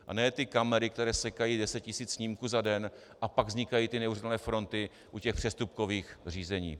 A ne ty kamery, které sekají deset tisíc snímků za den, a pak vznikají ty neuvěřitelné fronty u těch přestupkových řízení.